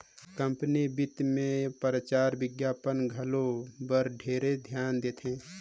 company बित मे परचार बिग्यापन घलो बर ढेरे धियान देथे